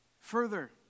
Further